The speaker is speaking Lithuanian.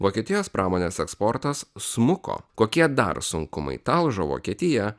vokietijos pramonės eksportas smuko kokie dar sunkumai talžo vokietiją